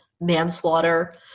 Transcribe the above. manslaughter